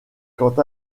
quant